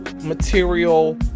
material